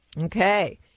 Okay